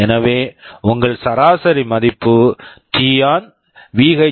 எனவே உங்கள் சராசரி மதிப்பு T on t on we